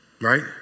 Right